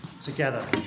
together